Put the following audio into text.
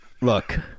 look